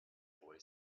boy